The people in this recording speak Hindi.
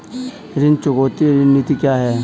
ऋण चुकौती रणनीति क्या है?